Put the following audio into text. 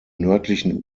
nördlichen